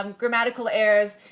um grammatical errors,